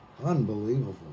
Unbelievable